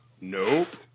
Nope